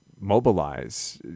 mobilize